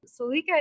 Salika